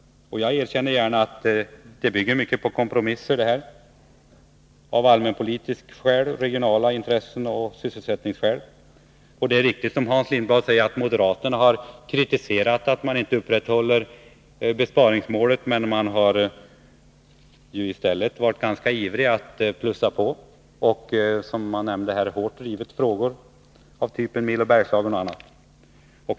Jag erkänner gärna att detta bygger mycket på kompromisser av allmänpolitiska skäl, regionala intressen och sysselsättningsskäl. Det är alldeles riktigt, som Hans Lindblad säger, att moderaterna kritiserat att man inte upprätthåller besparingsmålet, men de har i stället varit ganska ivriga att plussa på och har, som jag nämnde här, hårt drivit frågor av typen Milo Bergslagen och annat.